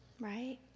right